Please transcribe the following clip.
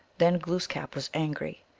then glooskap was angry.